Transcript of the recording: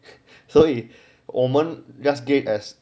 所以我们 just gate as